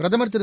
பிரதமர் திரு